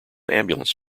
ambulance